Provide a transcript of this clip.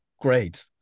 great